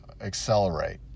accelerate